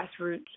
grassroots